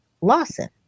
Lawson